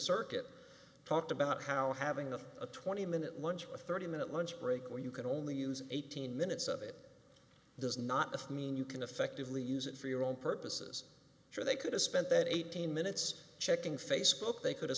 circuit talked about how having a twenty minute lunch with a thirty minute lunch break when you can only use eighteen minutes of it does not mean you can effectively use it for your own purposes sure they could have spent eighteen minutes checking facebook they could